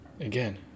Again